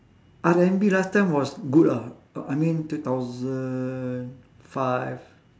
R&B last time was good lah uh I mean two thousand five